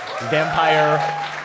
vampire